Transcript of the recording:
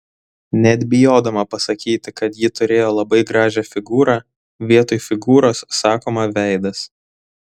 net bijoma pasakyti kad ji turėjo labai gražią figūrą vietoj figūros sakoma veidas